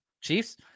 Chiefs